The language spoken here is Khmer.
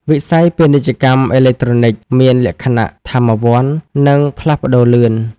វិស័យ ពាណិជ្ជកម្មអេឡិចត្រូនិក មានលក្ខណៈថាមវន្ត និងផ្លាស់ប្តូរលឿន។